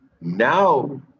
Now